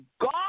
God